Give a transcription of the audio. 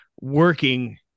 Working